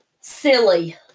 silly